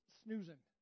snoozing